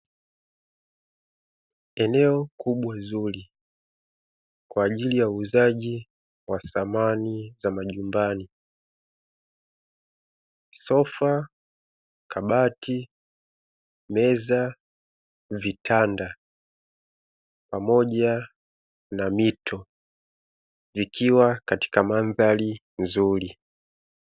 Eneo kubwa zuri, kwa ajili ya uuzaji wa samani za majumbani, sofa, kabati, meza, vitanda pamoja na mito vikiwa katka mandhali nzuri.